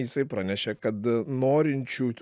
jisai pranešė kad norinčių